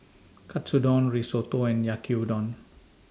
Katsudon Risotto and Yaki Udon